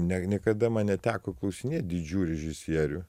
ne niekada man neteko klausinėt didžių režisierių